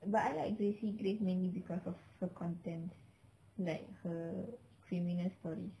but I like grazy grace mainly because of her content like her criminal stories